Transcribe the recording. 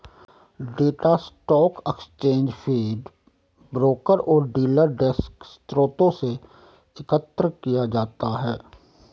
data stock exchange feed, broker और dealer desk स्रोतों से एकत्र किया जाता है